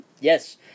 Yes